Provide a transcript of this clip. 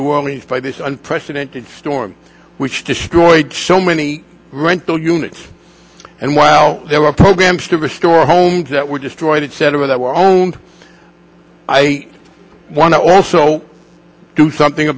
new orleans by this unprecedented storm which destroyed so many rental units and while there were programs to restore homes that were destroyed etc that were owned i want to also do something